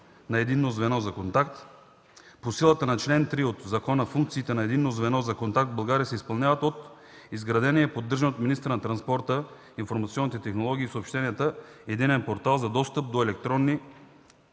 на Единно звено за контакт. По силата на чл. 3 от закона функциите на Единно звено за контакт в България се изпълняват от изградения и поддържан от министъра на транспорта, информационните технологии и съобщенията Единен портал за достъп до електронни